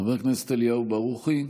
חבר הכנסת אליהו ברוכי,